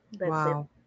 wow